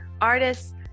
artists